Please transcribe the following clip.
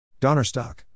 Donnerstock